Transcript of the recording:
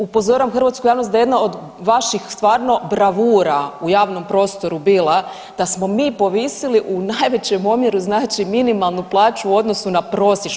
Upozoravam hrvatsku javnost da je jedna od vaših stvarno bravura u javnom prostoru bila da smo mi povisili u najvećem omjeru znači minimalnu plaću u odnosu na prosječnu.